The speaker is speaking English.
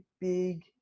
big